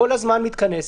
כל הזמן מתכנסת,